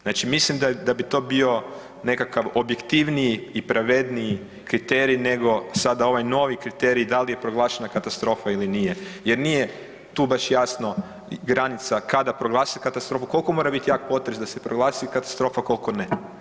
Znači mislim da bi to bio nekakav objektivniji i pravedniji kriterij nego sada ovaj novi kriterij da li je proglašena katastrofa ili nije jer nije tu baš jasno granica kada proglasiti katastrofu, koliko mora biti jak potres da se proglasi katastrofa, koliko ne.